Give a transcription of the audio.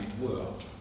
world